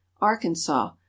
Arkansas